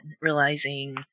realizing